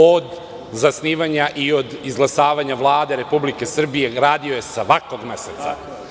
Od zasnivanja i od izglasavanja Vlade Republike Srbije radio je svakog meseca.